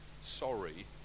sorry